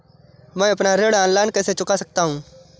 मैं अपना ऋण ऑनलाइन कैसे चुका सकता हूँ?